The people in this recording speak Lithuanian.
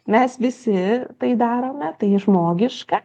mes visi tai darome tai žmogiška